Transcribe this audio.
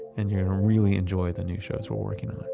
and you'll really enjoy the new shows were working on.